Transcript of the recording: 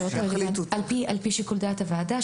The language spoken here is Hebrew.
על פי שיקול דעת הוועדה,